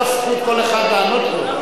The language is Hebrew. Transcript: לא זכות כל אחד לענות לו.